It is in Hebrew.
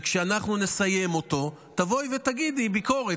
וכשאנחנו נסיים אותו תבואי ותגידי ביקורת,